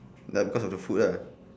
like cause of the food lah